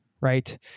right